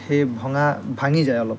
সেই ভঙা ভাঙি যায় অলপ